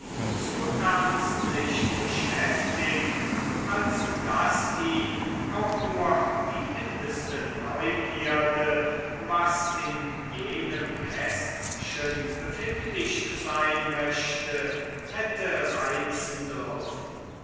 zu ernstlich beschäftigt als daß ihn auch nur die mindeste neugierde was in jenem kästchen befindlich sein möchte hätte reizen dürfen